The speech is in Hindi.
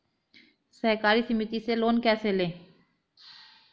सहकारी समिति से लोन कैसे लें?